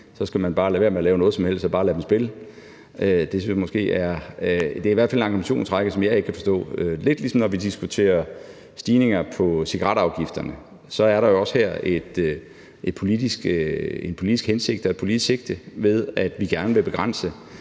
så skal man bare lade være med at lave noget som helst og bare lade dem spille. Det er i hvert fald en argumentationsrække, som jeg ikke kan forstå. Lidt ligesom når vi diskuterer stigninger på cigaretafgifterne, er der jo også her en politisk hensigt og et politisk sigte, i og med at vi gerne vil begrænse,